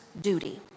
duty